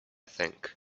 think